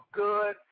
good